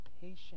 patient